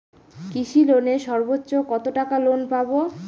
কৃষি লোনে সর্বোচ্চ কত টাকা লোন পাবো?